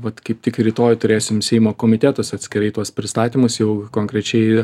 vat kaip tik rytoj turėsim seimo komitetuose atskirai tuos pristatymus jau konkrečiai